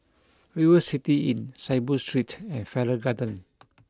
River City Inn Saiboo Street and Farrer Garden